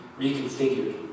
reconfigured